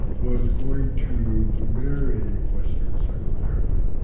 was going to marry western psychotherapy.